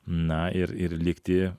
na ir ir likti